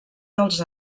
dels